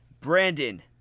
Brandon